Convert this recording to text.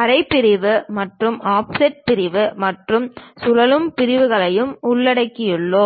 அரை பிரிவு மற்றும் ஆஃப்செட் பிரிவு மற்றும் சுழலும் பிரிவுகளையும் உள்ளடக்கியுள்ளோம்